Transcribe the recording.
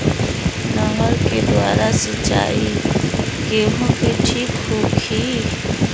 नहर के द्वारा सिंचाई गेहूँ के ठीक होखि?